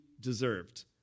deserved